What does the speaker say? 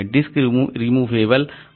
disc removable हो सकता है